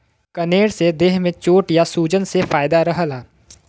कनेर से देह में चोट या सूजन से फायदा रहला